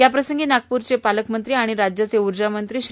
याप्रसंगी नागपूरचे पालकमंत्री व राज्याचे ऊर्जामंत्री श्री